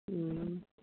ꯎꯝ